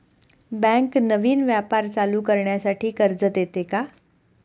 Bank नवीन व्यापार चालू करण्यासाठी कर्ज देते का?